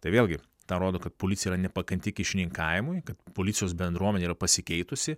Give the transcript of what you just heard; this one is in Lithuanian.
tai vėlgi tą rodo kad policija yra nepakanti kyšininkavimui kad policijos bendruomenė yra pasikeitusi